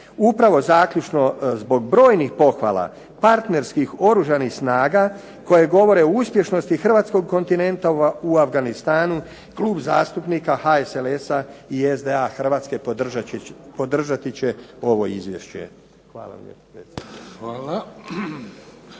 Upravo zaključno, zbog brojnih pohvala partnerskih oružanih snaga koji govore o uspješnosti hrvatskog kontingenta u Afganistanu, Klub zastupnika HSLS-a i SDA Hrvatske podržati će ovo izvješće. Hvala